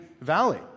valley